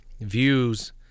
views